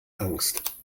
angst